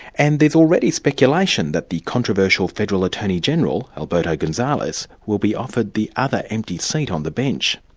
and there's already speculation that the controversial federal attorney-general, alberto gonzales, will be offered the other empty seat on the bench.